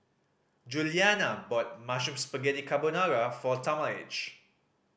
Juliana bought Mushroom Spaghetti Carbonara for Talmadge